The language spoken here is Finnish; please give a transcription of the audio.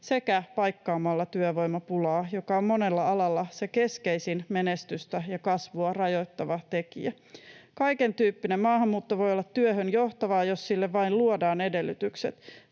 sekä paikkaamalla työvoimapulaa, joka on monella alalla se keskeisin menestystä ja kasvua rajoittava tekijä. Kaikentyyppinen maahanmuutto voi olla työhön johtavaa, jos sille vain luodaan edellytykset.